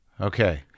okay